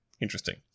Interesting